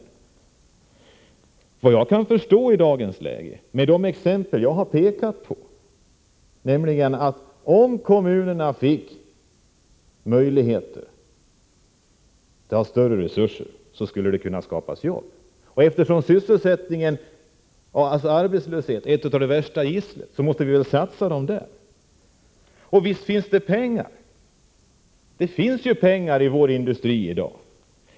Såvitt jag kan förstå skulle det i dagens läge, mot bakgrund av de exempel som jag har pekat på, om kommunerna fick större resurser kunna skapas jobb. Eftersom arbetslösheten är ett av de värsta gisslen, måste vi satsa resurserna på det området. Och visst finns det pengar. Det finns pengar i vår industri i dag.